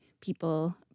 people